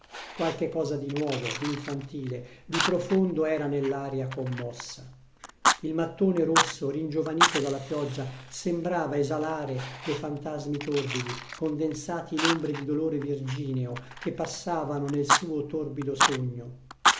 qualche cosa di nuovo di infantile di profondo era nell'aria commossa il mattone rosso ringiovanito dalla pioggia sembrava esalare dei fantasmi torbidi condensati in ombre di dolore virgineo che passavano nel suo torbido sogno